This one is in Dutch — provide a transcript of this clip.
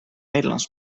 nederlands